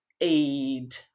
aid